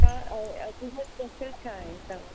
ऐं अॼु में स्पेशल छा आहे तव्हां वटि